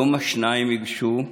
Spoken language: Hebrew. / דום השניים ייגשו,